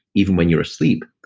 even when you're asleep,